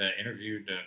interviewed